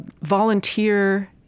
volunteer